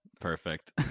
Perfect